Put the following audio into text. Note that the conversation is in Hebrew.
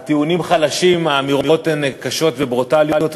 הטיעונים חלשים, האמירות הן קשות וברוטליות.